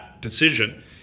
decision